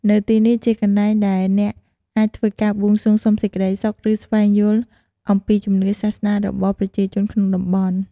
នៅទីនេះជាកន្លែងដែលអ្នកអាចធ្វើការបួងសួងសុំសេចក្តីសុខ ឬស្វែងយល់អំពីជំនឿសាសនារបស់ប្រជាជនក្នុងតំបន់ ។